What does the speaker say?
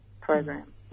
program